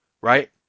right